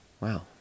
Wow